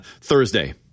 Thursday